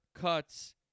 cuts